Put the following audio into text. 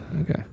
Okay